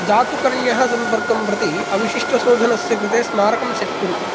जातुकर्ण्यं सम्पर्कं प्रति अवशिष्टशोधनस्य कृते स्मारकं सेट् कुरु